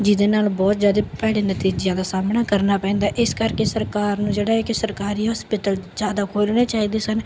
ਜਿਹਦੇ ਨਾਲ ਬਹੁਤ ਜ਼ਿਆਦੇ ਭੈੜੇ ਨਤੀਜਿਆਂ ਦਾ ਸਾਹਮਣਾ ਕਰਨਾ ਪੈਂਦਾ ਇਸ ਕਰਕੇ ਸਰਕਾਰ ਨੂੰ ਜਿਹੜਾ ਏ ਕਿ ਸਰਕਾਰੀ ਹੋਸਪੀਟਲ ਜ਼ਿਆਦਾ ਖੋਲ੍ਹਣੇ ਚਾਹੀਦੇ ਸਨ